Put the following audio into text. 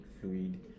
fluid